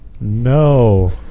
No